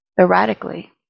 erratically